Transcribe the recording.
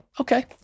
okay